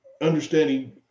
understanding